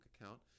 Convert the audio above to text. account